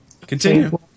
Continue